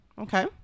Okay